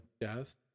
death